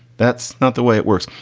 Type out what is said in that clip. that's not the way it works.